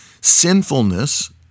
sinfulness